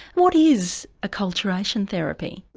what is acculturation therapy?